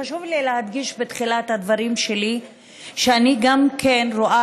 חשוב לי להדגיש בתחילת הדברים שלי שגם אני רואה